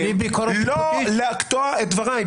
בלי ביקורת שיפוטית --- לא לקטוע את דבריי,